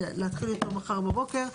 להתחיל איתו מחר בבוקר.